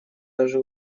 даже